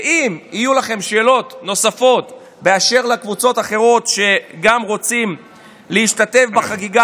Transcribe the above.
ואם יהיו לכם שאלות נוספות באשר לקבוצות אחרות שרוצות להשתתף בחגיגה